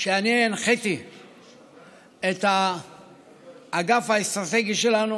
שאני הנחיתי את האגף האסטרטגי שלנו